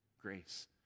grace